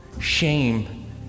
Shame